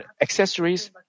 accessories